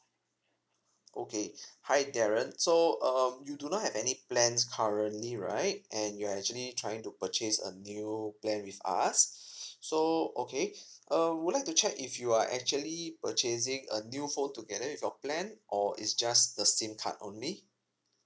okay hi darren so um you do not have any plans currently right and you're actually trying to purchase a new plan with us so okay uh would like to check if you are actually purchasing a new phone together with your plan or is just the sim card only